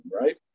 right